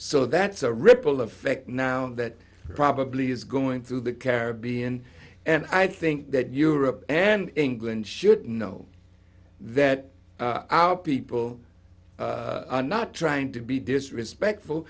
so that's a ripple effect now that probably is going through the caribbean and i think that europe and england should know that our people are not trying to be disrespectful